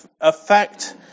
affect